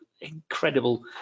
incredible